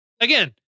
again